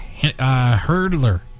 Hurdler